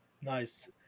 nice